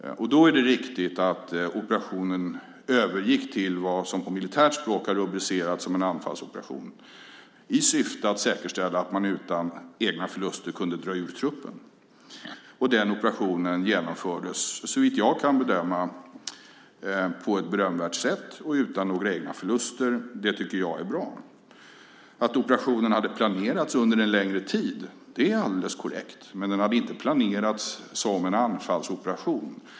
Det är riktigt att operationen då övergick till vad som på militärt språk har rubricerats som en anfallsoperation, i syfte att säkerställa att man utan egna förluster kunde dra ur truppen. Den operationen genomfördes, såvitt jag kan bedöma, på ett berömvärt sätt och utan några egna förluster. Jag tycker att det är bra. Att operationen hade planerats under en längre tid är alldeles korrekt. Men den hade inte planerats som en anfallsoperation.